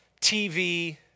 TV